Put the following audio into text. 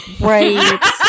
Right